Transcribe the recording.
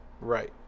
Right